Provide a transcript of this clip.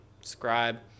subscribe